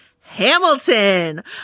Hamilton